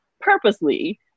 purposely